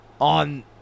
on